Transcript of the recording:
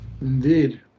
Indeed